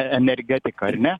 energetika ar ne